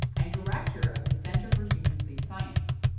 and director of the center for human sleep science.